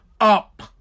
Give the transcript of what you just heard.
up